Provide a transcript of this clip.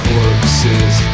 Corpses